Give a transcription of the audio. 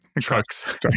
trucks